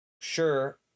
sure